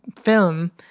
film